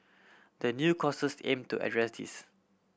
the new courses aim to address this